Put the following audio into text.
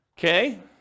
Okay